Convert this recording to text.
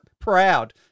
proud